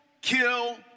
kill